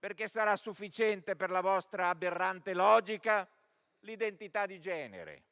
Sarà, infatti, sufficiente, per la vostra aberrante logica, l'identità di genere,